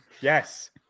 Yes